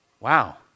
Wow